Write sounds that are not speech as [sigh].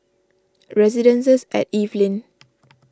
Residences at Evelyn [noise]